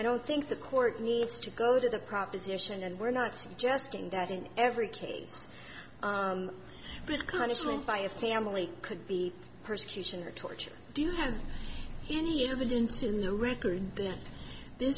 i don't think the court needs to go to the proposition and we're not suggesting that in every case because honestly by a family could be persecution or torture do you have any evidence in the record that th